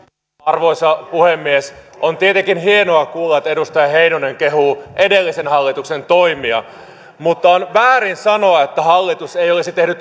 arvoisa puhemies on tietenkin hienoa kuulla että edustaja heinonen kehuu edellisen hallituksen toimia mutta on väärin sanoa että hallitus ei olisi tehnyt